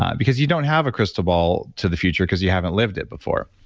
ah because you don't have a crystal ball to the future because you haven't lived it before.